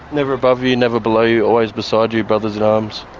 never above you, never below you, always beside you, brothers in arms'.